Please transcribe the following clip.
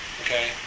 okay